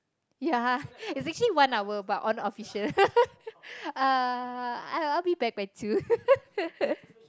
ya is actually one hour but unofficial uh I will be back by two